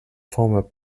former